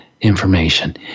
information